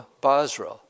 Basra